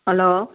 hello